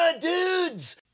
dudes